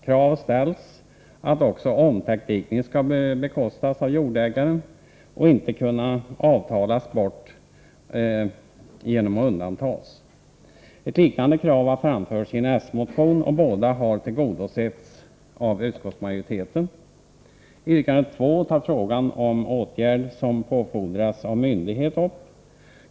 Krav ställs att också omtäckdikning skall bekostas av jordägaren och inte kunna avtalas bort genom att undantas. Ett liknande krav har framförts i en s-motion, och båda har tillgodosetts av utskottsmajoriteten. I yrkande nr 2 tas upp frågan om åtgärder som påfordras av myndighet.